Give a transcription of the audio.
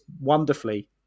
wonderfully